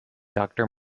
doctor